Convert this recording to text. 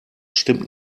stimmt